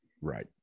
Right